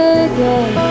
again